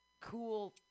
cool